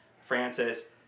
francis